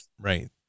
Right